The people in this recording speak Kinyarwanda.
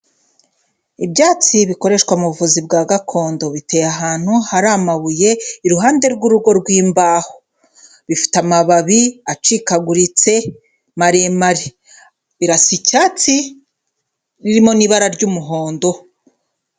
Ibyatsi bikoreshwa mu buvuzi bwa gakondo, biteye ahantu hari amabuye iruhande rw'urugo rw'imbaho, bifite amababi acikaguritse maremare, birasa icyatsi birimo n'ibara ry'umuhondo.